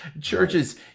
churches